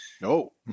no